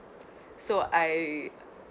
so I